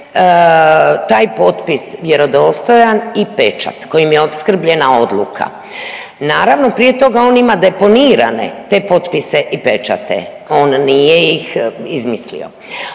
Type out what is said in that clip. taj potpis vjerodostojan i pečat kojim je opskrbljena odluka. Naravno prije toga on ima deponirane te potpise i pečate, on nije ih izmislio.